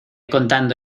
contando